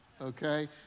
Okay